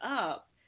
up